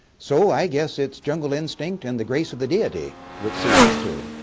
so i guess its jungle instinct and the grace of the deity which sees us through.